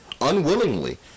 unwillingly